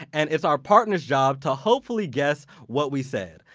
and it's our partners job to hopefully guess what we said.